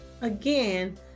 Again